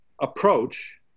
approach